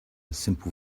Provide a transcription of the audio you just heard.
simple